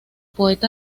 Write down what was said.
poeta